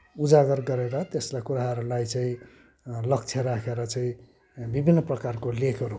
उजागर गरेर त्यस्ता कुराहरूलाई चाहिँ लक्ष्य राखेर चाहिँ विभिन्न प्रकारको लेखहरू